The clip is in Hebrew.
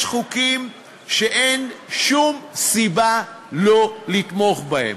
יש חוקים שאין שום סיבה לא לתמוך בהם.